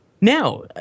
Now